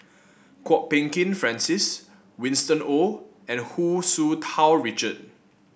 Kwok Peng Kin Francis Winston Oh and Hu Tsu Tau Richard